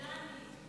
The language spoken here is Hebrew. זה לא אני.